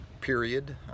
period